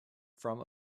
from